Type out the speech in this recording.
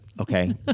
okay